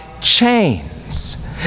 chains